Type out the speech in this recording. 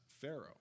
Pharaoh